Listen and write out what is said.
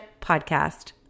Podcast